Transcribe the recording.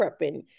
prepping